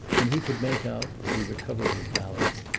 and he could make out, as he recovered his balance,